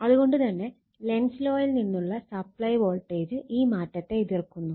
അത് കൊണ്ട് തന്നെ ലെൻസ് ലോയിൽ നിന്നുള്ള സപ്ലൈ വോൾട്ടേജ് ഈ മാറ്റത്തെ എതിർക്കുന്നു